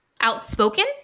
outspoken